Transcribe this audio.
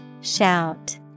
Shout